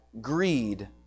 greed